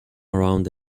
around